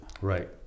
Right